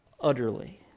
utterly